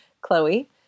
Chloe